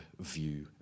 view